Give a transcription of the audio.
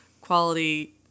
quality